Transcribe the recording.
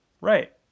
Right